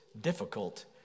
difficult